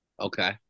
Okay